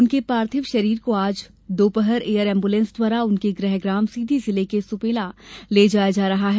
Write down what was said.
उनके पार्थिव शरीर को आज दोपहर एयर एम्बूलेंस द्वारा उनके गृहग्राम सीधी जिले के सुपेला ले जाया जा रहा है